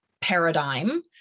paradigm